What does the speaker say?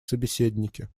собеседники